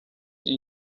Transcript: این